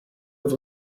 have